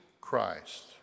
Christ